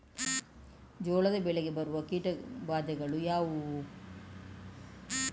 ಜೋಳದ ಬೆಳೆಗೆ ಬರುವ ಕೀಟಬಾಧೆಗಳು ಯಾವುವು?